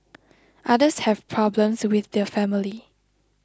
others have problems with the family